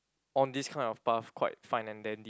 on this kind of path quite fine and then